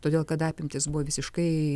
todėl kad apimtys buvo visiškai